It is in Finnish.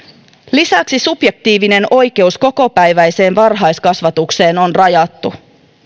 lisäksi subjektiivinen oikeus kokopäiväiseen varhaiskasvatukseen on rajattu